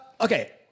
okay